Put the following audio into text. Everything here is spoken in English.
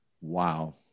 Wow